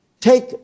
Take